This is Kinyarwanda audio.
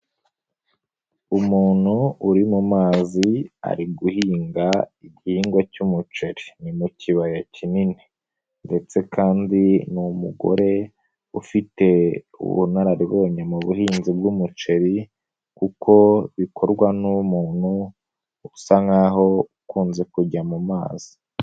Umuntu uri mu mazi ari guhinga igihingwa cy'umuceri. Ni mu kibaya kinini ndetse kandi ni umugore ufite ubunararibonye mu buhinzi bw'umuceri kuko bikorwa n'umuntu usa nkaho ukunze kujya mu mazi.